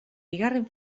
bigarren